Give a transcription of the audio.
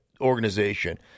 organization